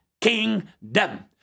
kingdom